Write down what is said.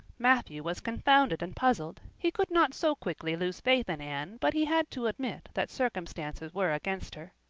matthew was confounded and puzzled he could not so quickly lose faith in anne but he had to admit that circumstances were against her.